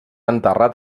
enterrat